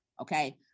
okay